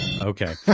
Okay